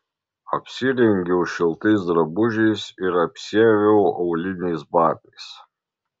apsirengiau šiltais drabužiais ir apsiaviau auliniais batais